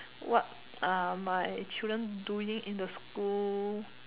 what are my children doing in the school